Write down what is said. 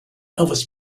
elvis